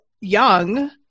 young